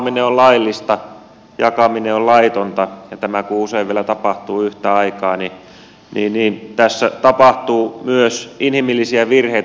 lataaminen on laillista jakaminen on laitonta ja tämä kun usein vielä tapahtuu yhtä aikaa niin tässä tapahtuu myös inhimillisiä virheitä